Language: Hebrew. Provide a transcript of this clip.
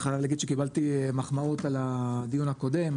אני חייב להגיד שקיבלתי מחמאות על הדיון הקודם.